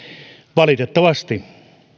valitettavasti